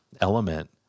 element